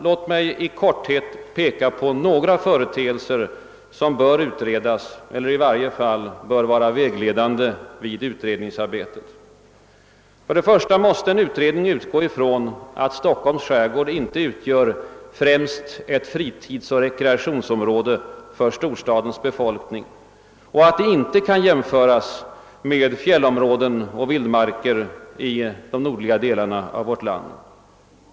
Låt mig här i korthet peka på några företeelser som bör utredas eller vara vägledande vid utredningsarbetet. Utredningen måste utgå från att Stockholms skärgård inte främst utgör ett fritidsoch rekreationsområde för storstadens befolkning och att det inte kan jämföras med fjällområden och vildmarker i de nordliga delarna av vårt land.